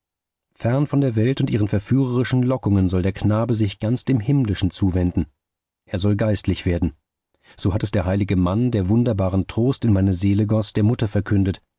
fern von der welt und ihren verführerischen lockungen soll der knabe sich ganz dem himmlischen zuwenden er soll geistlich werden so hat es der heilige mann der wunderbaren trost in meine seele goß der mutter verkündet